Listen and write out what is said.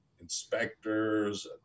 inspectors